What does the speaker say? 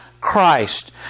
Christ